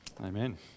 Amen